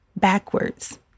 backwards